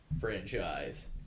franchise